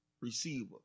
receiver